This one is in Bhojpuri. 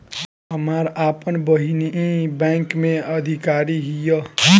हमार आपन बहिनीई बैक में अधिकारी हिअ